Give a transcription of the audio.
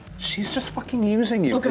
she's just fucking using you.